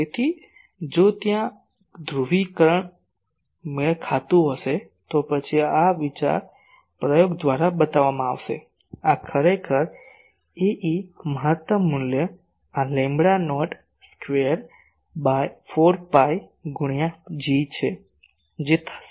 તેથી જો ત્યાં કોઈ ધ્રુવીકરણ મેળ ખાતું નથી તો પછીથી એક વિચાર પ્રયોગ દ્વારા બતાવવામાં આવશે કે આ ખરેખર Ae મહત્તમ મૂલ્ય આ lambda naught square by 4 pi ગુણ્યા G છે